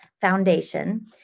Foundation